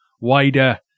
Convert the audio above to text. wider